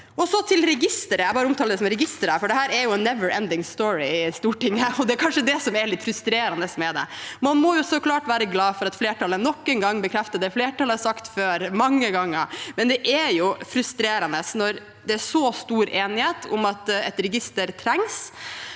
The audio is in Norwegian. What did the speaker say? gjelder registeret – som jeg omtaler bare som «registeret» – er det en «never ending story» i Stortinget, og det er kanskje det som er litt frustrerende med det. Man må så klart være glad for at flertallet nok en gang bekrefter det flertallet har sagt mange ganger før. Det er likevel frustrerende når det er så stor enighet om at et register trengs,